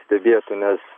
stebėtų nes